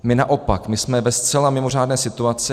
My naopak jsme ve zcela mimořádné situaci.